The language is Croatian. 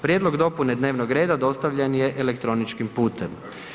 Prijedlog dopune dnevnog reda dostavljen je elektroničkim putem.